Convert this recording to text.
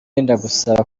ndagusaba